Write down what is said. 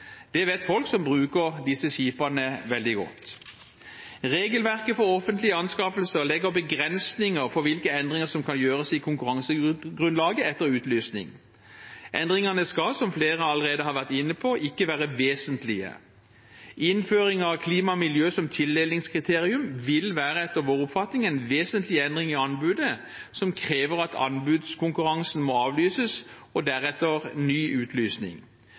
Det vet folk som bruker disse skipene, veldig godt. Regelverket for offentlige anskaffelser legger begrensninger for hvilke endringer som kan gjøres i konkurransegrunnlaget etter utlysning. Endringene skal, som flere allerede har vært inne på, ikke være vesentlige. Innføring av klima og miljø som tildelingskriterium vil etter vår oppfatning være en vesentlig endring i anbudet, som krever at anbudskonkurransen må avlyses og deretter ny utlysning.